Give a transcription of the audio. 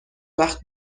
وقت